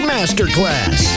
Masterclass